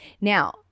Now